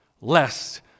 lest